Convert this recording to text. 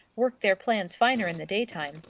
worked their plans finer in the daytime,